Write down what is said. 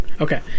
Okay